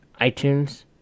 iTunes